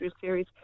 series